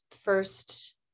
first